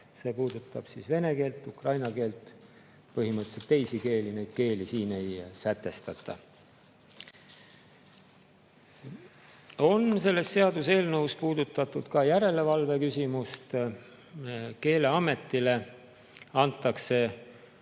See puudutab vene keelt, ukraina keelt, põhimõtteliselt ka teisi keeli, neid keeli siin ei sätestata. Selles seaduseelnõus on puudutatud ka järelevalve küsimust. Keeleametile antakse